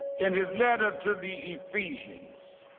in his letter to the ephesians,